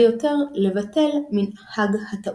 או אחרי מנהג המקום החדש.